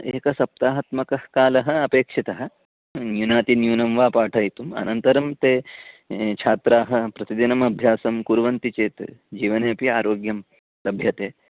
एकसप्ताहात्मकः कालः अपेक्षितः न्यूनातिन्यूनं वा पाठयितुम् अनन्तरं ते छात्राः प्रतिदिनम् अभ्यासं कुर्वन्ति चेत् जीवने अपि आरोग्यं लभ्यते